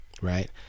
right